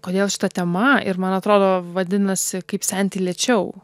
kodėl šita tema ir man atrodo vadinasi kaip senti lėčiau